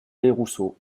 desrousseaux